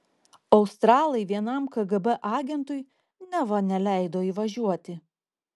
australai vienam kgb agentui neva neleido įvažiuoti